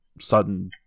sudden